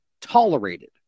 tolerated